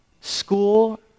school